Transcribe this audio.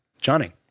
Johnny